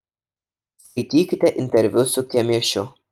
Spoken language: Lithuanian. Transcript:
skaitykite interviu su kemėšiu